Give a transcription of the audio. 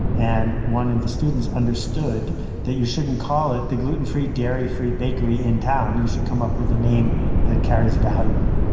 and one of the students understood that you shouldn't call it the gluten free, dairy free bakery in town you should come up with a name that carries value.